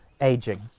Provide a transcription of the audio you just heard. aging